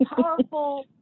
powerful